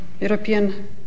European